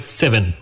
seven